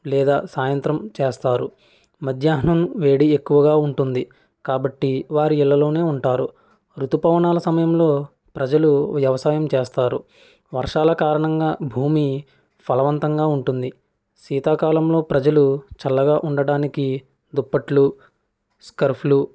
లేదా సాయంత్రం చేస్తారు మధ్యాహ్నం వేడి ఎక్కువగా ఉంటుంది కాబట్టి వారి ఇళ్ళలోనే ఉంటారు ఋతుపవనాల సమయంలో ప్రజలు వ్యవసాయం చేస్తారు వర్షాల కారణంగా భూమి ఫలవంతంగా ఉంటుంది శీతాకాలంలో ప్రజలు చల్లగా ఉండటానికి దుప్పట్లు స్కార్ఫులు